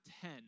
ten